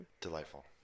Delightful